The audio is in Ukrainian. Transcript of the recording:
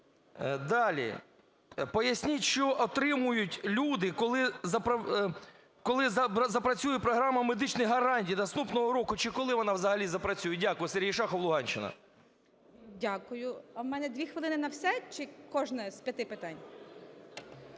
Далі. Поясніть, що отримають люди, коли запрацює програма медичних гарантій? Наступного року чи коли вона взагалі запрацює? Дякую. Сергій Шахов, Луганщина. 10:53:56 СКАЛЕЦЬКА З.С. Дякую. У мене дві хвилини на все чи на кожне з п'яти питань?